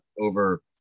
over